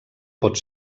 pot